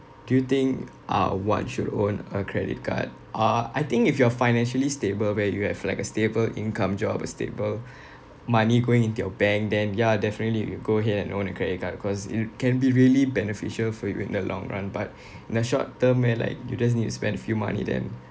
do you think uh one should own a credit card uh I think if you are financially stable where you have like a stable income job a stable money going into your bank then ya definitely you go ahead and own a credit card cause it can be really beneficial for you in the long run but in the short term where like you just need to spend a few money then